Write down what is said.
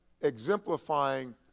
exemplifying